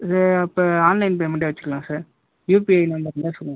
இது அப்போ ஆன்லைன் பேமெண்ட்டே வெச்சிக்கலாம் சார் யுபிஐ நம்பர் இருந்தால் சொல்லுங்கள்